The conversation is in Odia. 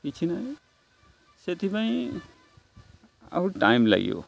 କିଛି ନାହିଁ ସେଥିପାଇଁ ଆଉ ଟାଇମ ଲାଗିବ